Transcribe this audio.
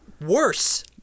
worse